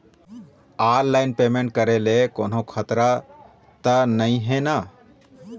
Online payment करे ले कोन्हो खतरा त नई हे न?